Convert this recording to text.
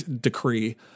decree